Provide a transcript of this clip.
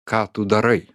ką tu darai